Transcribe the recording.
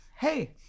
Hey